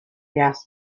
asked